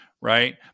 right